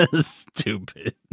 Stupid